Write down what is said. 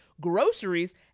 Groceries